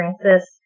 Francis